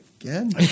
again